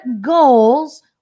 goals